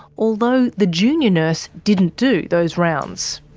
although the junior nurse didn't do those rounds.